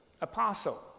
apostle